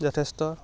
যথেষ্ট